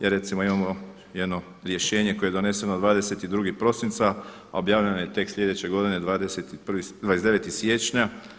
Jer recimo imamo jedno rješenje koje je doneseno 22. prosinca a objavljeno je tek sljedeće godine 29. siječnja.